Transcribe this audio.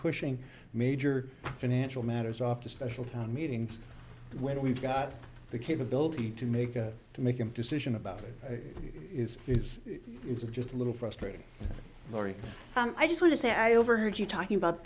pushing major financial matters off the special town meetings when we've got the capability to make a to make him decision about it is it's it's just a little frustrating i just want to say i overheard you talking about